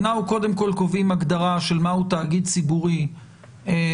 אנחנו קודם כל קובעים הגדרה של מהו תאגיד ציבורי לעניין